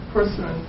person